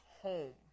home